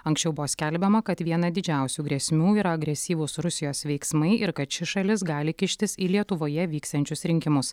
anksčiau buvo skelbiama kad viena didžiausių grėsmių yra agresyvūs rusijos veiksmai ir kad ši šalis gali kištis į lietuvoje vyksiančius rinkimus